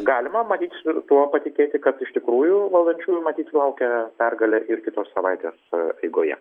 galima matyt ir tuo patikėti kad iš tikrųjų valdančiųjų matyt laukia pergalė ir kitos savaitės eigoje